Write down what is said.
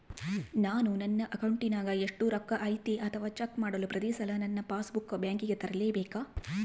ನಾನು ನನ್ನ ಅಕೌಂಟಿನಾಗ ಎಷ್ಟು ರೊಕ್ಕ ಐತಿ ಅಂತಾ ಚೆಕ್ ಮಾಡಲು ಪ್ರತಿ ಸಲ ನನ್ನ ಪಾಸ್ ಬುಕ್ ಬ್ಯಾಂಕಿಗೆ ತರಲೆಬೇಕಾ?